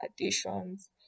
additions